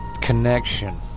connection